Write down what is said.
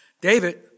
David